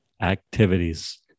activities